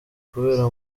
kubera